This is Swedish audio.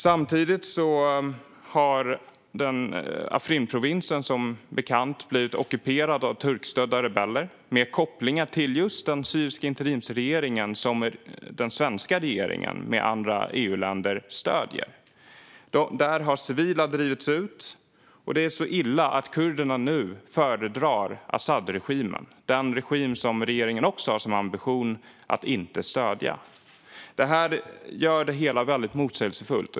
Samtidigt har Afrinprovinsen som bekant blivit ockuperad av turkstödda rebeller med kopplingar till just den syriska interimsregering som den svenska regeringen med andra EU-länder stöder. Där har civila drivits ut. Det är så illa att kurderna nu föredrar al-Asadregimen, den regim som regeringen också har som ambition att inte stödja. Det gör det hela väldigt motsägelsefullt.